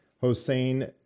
Hossein